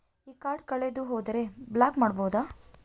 ಈ ಕಾರ್ಡ್ ಕಳೆದು ಹೋದರೆ ಬ್ಲಾಕ್ ಮಾಡಬಹುದು?